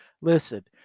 listen